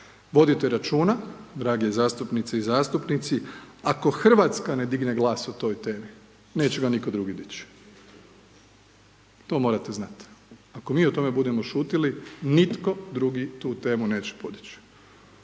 Vodite računa, drage zastupnice i zastupnici, ako Hrvatska ne digne glas o toj temi, neće ga nitko drugi dići. To morati znati. Ako mi o tome budemo šutili, nitko drugi tu temu neće podići.